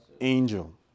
angel